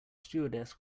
stewardess